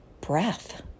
breath